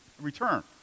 return